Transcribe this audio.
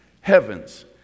heavens